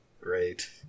great